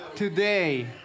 Today